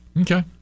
Okay